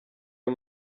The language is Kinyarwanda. ayo